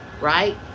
right